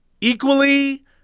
equally